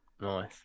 Nice